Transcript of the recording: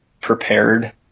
prepared